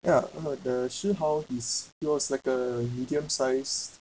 ya uh the shee hao is he was like a medium size